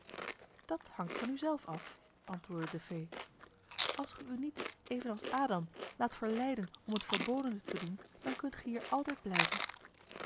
dat hangt van u zelf af antwoordde de fee als ge u niet evenals adam laat verleiden om het verbodene te doen dan kunt ge hier altijd blijven